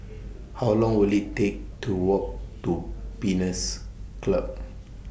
How Long Will IT Take to Walk to Pines Club